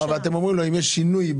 אתם אומרים לו שאם יש שינוי,